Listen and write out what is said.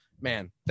man